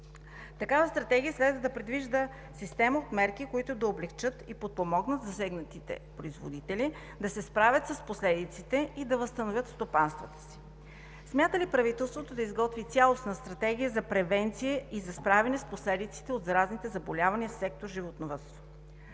Такава стратегия следва да предвижда система от мерки, които да облекчат и подпомогнат засегнатите производители да се справят с последиците и да възстановят стопанствата си. Смята ли правителството да изготви цялостна стратегия за превенция и за справяне с последиците от заразните заболявания в сектор „Животновъдство“?